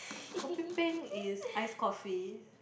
kopi peng is ice coffee